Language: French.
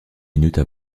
minutes